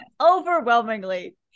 overwhelmingly